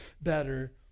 better